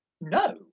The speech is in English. no